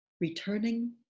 Returning